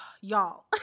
y'all